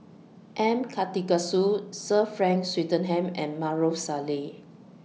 M Karthigesu Sir Frank Swettenham and Maarof Salleh